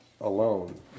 alone